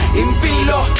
impilo